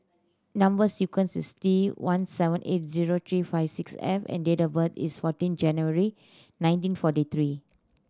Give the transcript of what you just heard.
number sequence is T one seven eight zero three five six F and date of birth is fourteen January nineteen forty three